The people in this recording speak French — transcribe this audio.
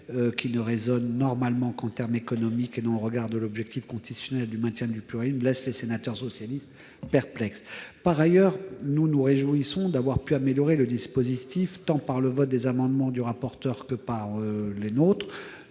qui ne raisonne normalement qu'en termes économiques et non au regard de l'objectif constitutionnel du maintien du pluralisme, laisse les sénateurs socialistes perplexes. Par ailleurs, nous nous réjouissons d'avoir pu améliorer le dispositif en votant les amendements du rapporteur et en